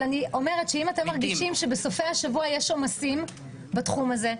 אבל אני אומרת שאם אתם מרגישים שבסופי השבוע יש עומסים בתחום הזה,